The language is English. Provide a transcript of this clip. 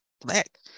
black